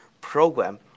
program